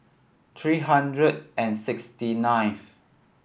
three hundred and sixty ninth